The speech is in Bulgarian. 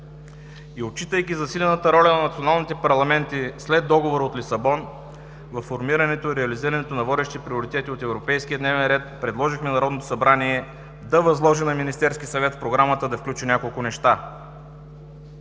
Отчитайки засилената роля на националните парламенти след договора от Лисабон във формирането и реализирането на водещи приоритети от европейския дневен ре предложихме на Народното събрание да възложи на Министерския съвет да включи в Програмата няколко неща.